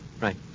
Right